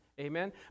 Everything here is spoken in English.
Amen